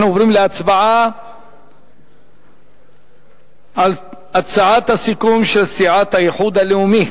אנחנו עוברים להצבעה על הצעת הסיכום של סיעת האיחוד הלאומי.